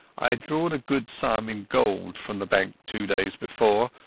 i had drawn a good sum in gold from the bank two days before,